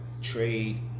trade